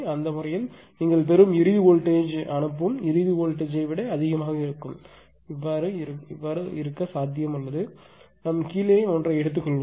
அந்த விஷயத்தில் நீங்கள் பெறும் இறுதி வோல்டேஜ் அனுப்பும் இறுதி வோல்டேஜ் யை ன் த்தை விட அதிகமாக இருக்கும் சாத்தியம் உள்ளது நாம் கீழே ஒன்றை எடுத்துக் கொள்வோம்